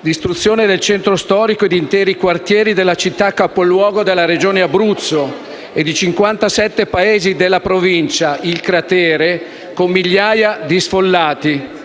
distruzione del centro storico e di interi quartieri della città capoluogo della Regione Abruzzo e di 57 Paesi della provincia, il cratere, con migliaia di sfollati.